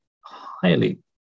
highly